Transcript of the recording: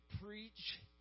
preach